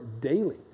daily